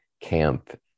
camp